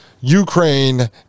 Ukraine